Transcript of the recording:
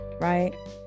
right